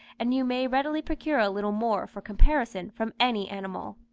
and you may readily procure a little more for comparison from any animal.